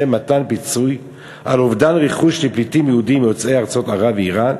מתן פיצוי על אובדן רכוש לפליטים יהודים יוצאי ארצות ערב ואיראן,